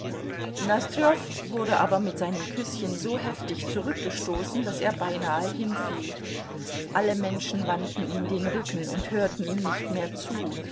wurde aber mit seinem küßchen so heftig zurückgestoßen daß er beinahe hinfiel alle menschen wandten ihm den rücken und hörten ihm nicht mehr zu